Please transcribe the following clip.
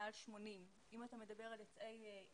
מעל 80. אם אתה מדבר על יוצאי אתיופיה,